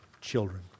children